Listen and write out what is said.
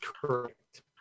correct